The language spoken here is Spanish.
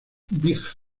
big